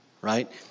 right